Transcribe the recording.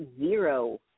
zero